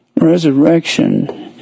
Resurrection